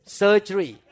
surgery